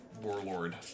warlord